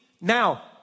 Now